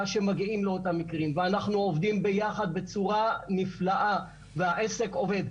שמגיעים לאותם מקרים ואנחנו עובדים ביחד בצורה נפלאה והעסק עובד,